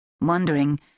Wondering